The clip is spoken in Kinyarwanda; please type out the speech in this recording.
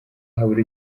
habura